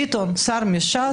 ביטון, שר מש"ס: